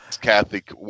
Catholic